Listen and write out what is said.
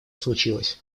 случилось